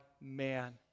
man